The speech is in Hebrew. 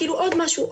כאילו עוד משהו,